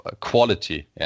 quality